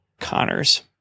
Connors